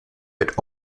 wird